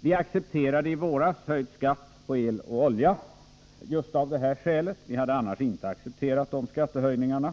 Vi accepterade i våras en höjning av skatten på el och olja just av detta skäl, annars hade vi inte accepterat dessa skattehöjningar.